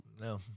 No